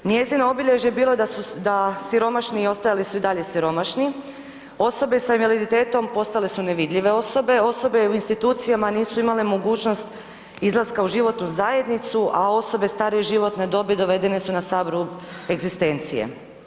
Njezino obilježje je bilo da siromašni ostajali su i dalje siromašni, osobe sa invaliditetom postale su nevidljive osobe, osobe u institucijama nisu imale mogućnost izlaska u život u zajednicu, a osobe starije životne dobi dovedene su na sam rub egzistencije.